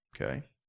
Okay